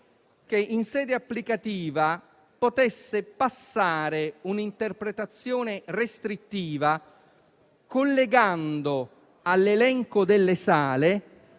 che in sede applicativa potesse passare un'interpretazione restrittiva, collegando all'elenco delle sale